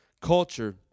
culture